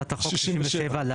67. סעיף 1(ב1)(1)(ב)(1) להצעת החוק,